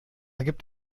gibt